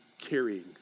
carrying